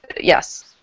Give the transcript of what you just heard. yes